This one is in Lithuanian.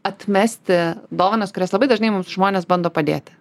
atmesti dovanas kurias labai dažnai mums žmonės bando padėti